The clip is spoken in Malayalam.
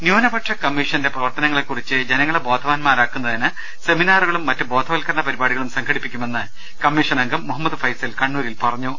ന്യൂനപക്ഷ കമ്മീഷന്റെ പ്രവർത്തനങ്ങളെക്കുറിച്ച് ജനങ്ങളെ ബോധവാന്മാരാക്കുന്നതിന് സെമിനാറുകളും മറ്റ് ബോധവൽക്കരണ പരിപാടികളും സംഘടിപ്പി ക്കുമെന്ന് കമ്മീഷൻ അംഗം മുഹമ്മദ് ഫൈസൽ കണ്ണൂരിൽ പറഞ്ഞു